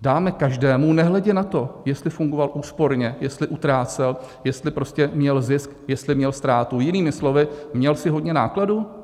dáme každému, nehledě na to, jestli fungoval úsporně, jestli utrácel, jestli měl zisk, jestli měl ztrátu, jinými slovy: Měl jsi hodně nákladů?